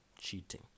cheating